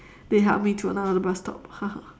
they helped me to another bus stop